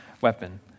weapon